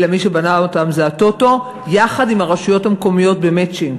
אלא מי שבנה אותם זה הטוטו יחד עם הרשויות המקומיות במצ'ינג,